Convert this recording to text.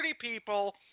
people